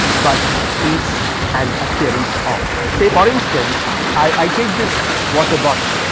but is an appearance of say for instance i take this water bottle.